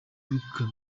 imyuka